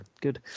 good